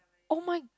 oh my